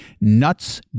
nuts